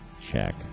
check